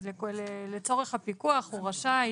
אז לצורך הפיקוח הוא רשאי,